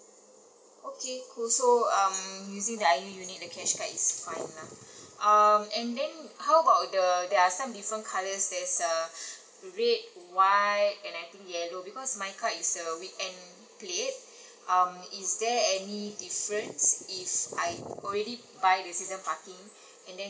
okay cool so um using the I_U unit the cash card is fine lah um and then how about the there're some different colours there's err red white and I think yellow because my car is err weekend plate um is there any difference if I already buy the season parking and then